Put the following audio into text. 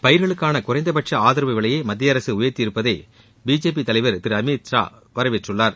பயிர்களுக்கான குறைந்தபட்ச ஆதரவு விலையை மத்தியஅரசு உயர்த்தியிருப்பதை பிஜேபி தலைவர் திரு அமீத் ஷா வரவேற்றுள்ளார்